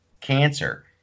Cancer